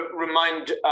remind